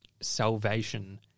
salvation